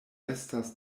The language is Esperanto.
estas